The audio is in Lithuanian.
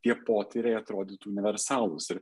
tie potyriai atrodytų universalūs ir